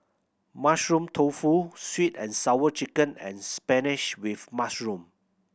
Mushroom Tofu Sweet And Sour Chicken and spinach with mushroom